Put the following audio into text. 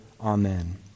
Amen